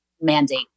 mandate